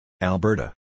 Alberta